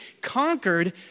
conquered